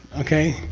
okay?